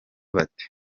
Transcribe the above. bate